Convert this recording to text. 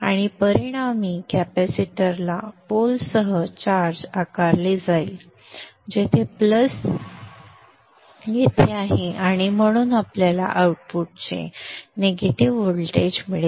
आणि परिणामी कॅपेसिटरला पोल सह चार्ज आकारले जाईल जेथे प्लस येथे आहे आणि म्हणून आपल्याला आउटपुटचे निगेटिव्ह व्होल्टेज मिळेल